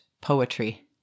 poetry